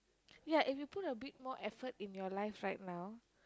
ya if you put a bit more effort in your life right now